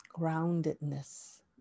groundedness